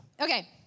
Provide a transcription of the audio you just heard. Okay